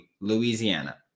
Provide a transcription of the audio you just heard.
Louisiana